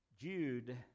Jude